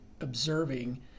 observing